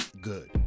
good